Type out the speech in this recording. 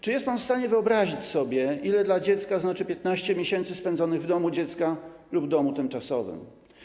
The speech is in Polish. Czy jest pan w stanie wyobrazić sobie, ile dla dziecka znaczy 15 miesięcy spędzonych w domu dziecka lub domu tymczasowym?